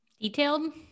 detailed